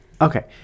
okay